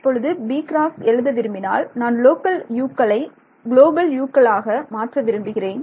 இப்பொழுது b எழுத விரும்பினால் நான் லோக்கல் U களைகுளோபல் U களாக மாற்ற விரும்புகிறேன்